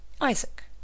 Isaac